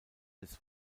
des